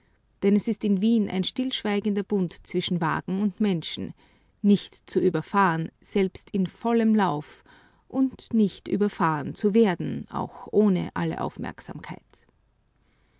denn es ist in wien ein stillschweigender bund zwischen wagen und menschen nicht zu überfahren selbst im vollen lauf und nicht überfahren zu werden auch ohne alle aufmerksamkeit